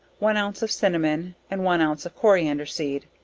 one ounce of cinnamon and one ounce of coriander seed,